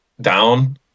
down